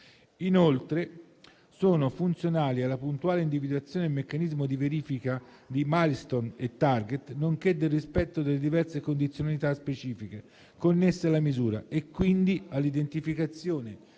Inoltre, sono funzionali alla puntuale individuazione del meccanismo di verifica di *milestone* e *target*, nonché del rispetto delle diverse condizionalità specifiche connesse alla misura e quindi all'identificazione